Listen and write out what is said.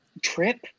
trip